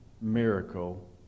miracle